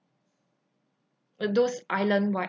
uh those island wide